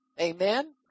Amen